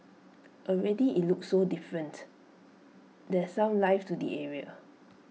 already IT looks so different there's some life to the area